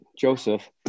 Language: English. Joseph